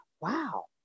wow